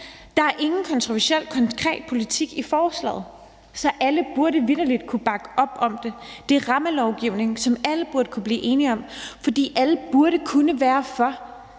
Der er ingen kontroversiel, konkret politik i forslaget, så alle burde vitterlig kunne bakke op om det. Det er rammelovgivning, som alle burde kunne blive enige om, fordi alle burde kunne være for